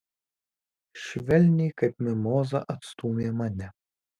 švelniai kaip mimozą atstūmė mane